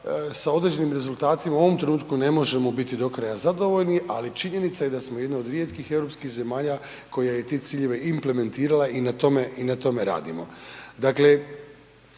sa određenim rezultatima u ovom trenutku ne možemo biti do kraja zadovoljni, ali činjenica je da smo jedna od rijetkih europskih zemalja koja je te ciljeve i implementirala i na tome, i